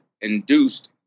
induced